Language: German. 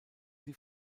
sie